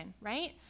right